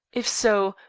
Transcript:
if so,